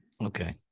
Okay